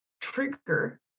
trigger